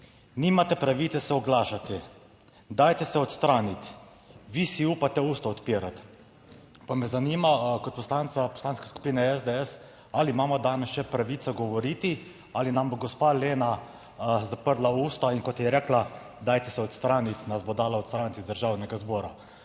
nimate pravice se oglašati, dajte se odstraniti, vi si upate usta odpirati, pa me zanima kot poslanca Poslanske skupine SDS, ali imamo danes še pravico govoriti ali nam bo gospa Lena zaprla usta in kot je rekla, dajte se odstraniti, nas bo dalo odstraniti iz Državnega zbora.